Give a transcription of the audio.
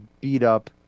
beat-up